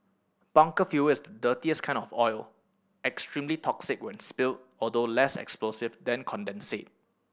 bunker fuel is the dirtiest kind of oil extremely toxic when spilled although less explosive than condensate